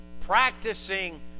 practicing